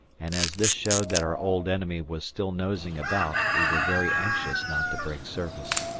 and as this showed that our old enemy was still nosing about we were very anxious not to break surface.